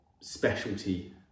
specialty